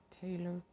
Taylor